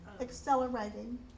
accelerating